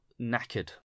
knackered